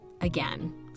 again